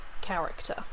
character